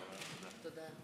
דודו זה הרב